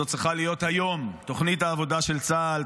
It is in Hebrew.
זו צריכה להיות היום תוכנית העבודה של צה"ל.